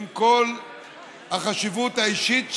עם כל החשיבות האישית שלו,